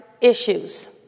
issues